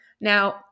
Now